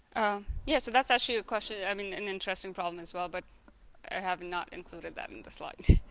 oh yeah so that's actually a question i mean an interesting problem as well but i have not included that in the slide